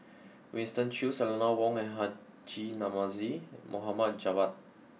Winston Choos Eleanor Wong and Haji Namazie Mohammad Javad